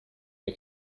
der